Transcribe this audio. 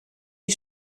die